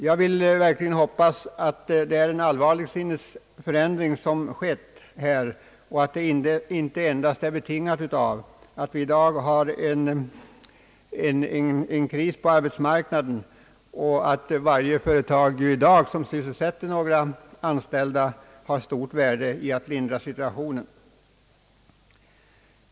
Jag vill verkligen hoppas att det är en allvarlig sinnesförändring som har skett, och att det inte endast är betingat av att vi i dag har en kris på arbetsmarknaden, där varje företag som i dag sysselsätter arbetskraft har stort värde 1 att lindra situationen.